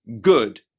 good